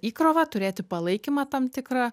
įkrovą turėti palaikymą tam tikrą